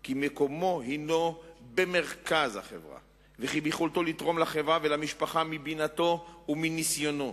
כי מקומו במרכז החברה וביכולתו לתרום לחברה ולמשפחה מבינתו ומניסיונו,